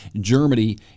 Germany